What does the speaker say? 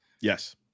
yes